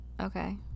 okay